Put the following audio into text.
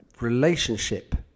relationship